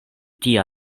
tia